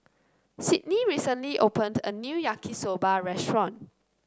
Sydney recently opened a new Yaki Soba restaurant